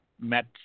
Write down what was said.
met